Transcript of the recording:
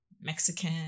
mexican